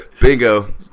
Bingo